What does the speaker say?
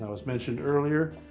ah as mentioned earlier,